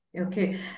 Okay